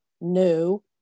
new